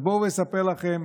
אז בואו ואספר לכם: